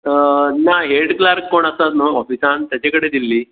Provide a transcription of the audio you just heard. ना head clerk कोण आसा न्हय ऑफिसान ताचे कडेन दिल्ली